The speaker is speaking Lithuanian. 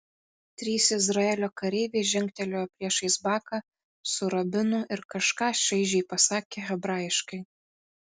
trys izraelio kareiviai žengtelėjo priešais baką su rabinu ir kažką šaižiai pasakė hebrajiškai